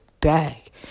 bag